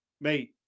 mate